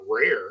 rare